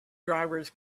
drivers